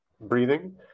breathing